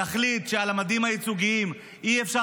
יחליט שעל המדים הייצוגיים אי-אפשר